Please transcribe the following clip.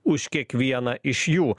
už kiekvieną iš jų